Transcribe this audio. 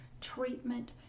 treatment